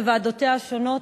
בוועדותיה השונות,